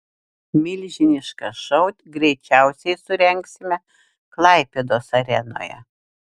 milžinišką šou greičiausiai surengsime klaipėdos arenoje